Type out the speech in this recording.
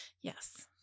Yes